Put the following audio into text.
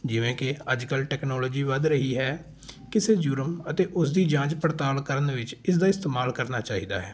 ਜਿਵੇਂ ਕਿ ਅੱਜ ਕੱਲ੍ਹ ਟੈਕਨੋਲੌਜੀ ਵੱਧ ਰਹੀ ਹੈ ਕਿਸੇ ਜੁਰਮ ਅਤੇ ਉਸਦੀ ਜਾਂਚ ਪੜਤਾਲ ਕਰਨ ਵਿੱਚ ਇਸਦਾ ਇਸਤੇਮਾਲ ਕਰਨਾ ਚਾਹੀਦਾ ਹੈ